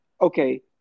okay